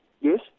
Yes